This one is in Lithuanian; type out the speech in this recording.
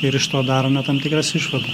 ir iš to darome tam tikras išvadas